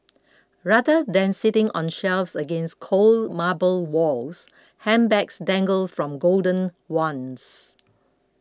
rather than sitting on shelves against cold marble walls handbags dangle from golden wands